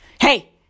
Hey